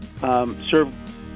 serve